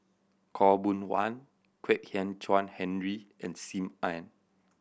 Khaw Boon Wan Kwek Hian Chuan Henry and Sim Ann